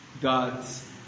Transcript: God's